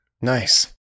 Nice